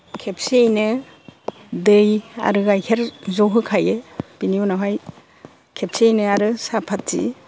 खेबसेयैनो दै आरो गाइखेर ज' होखायो बिनि उनावहाय खेबसेयैनो आरो सापात्ति